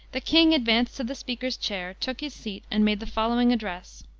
the king advanced to the speaker's chair, took his seat, and made the following address.